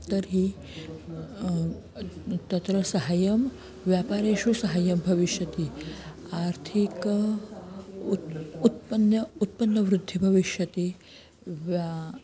तर्हि तत्र साहाय्यं व्यापारेषु साहाय्यं भविष्यति आर्थिक उत उत्पन्न उत्पन्नवृद्धिः भविष्यति व्या